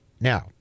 Now